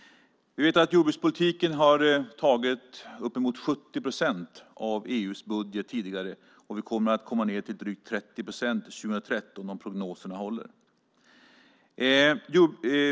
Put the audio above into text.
Vi vet att jordbrukspolitiken har tagit i anspråk upp till 70 procent av EU:s budget tidigare. Vi kommer att komma ned till drygt 30 procent år 2013 om prognoserna håller.